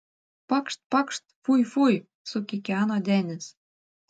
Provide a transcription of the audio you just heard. pakšt pakšt fui fui sukikeno denis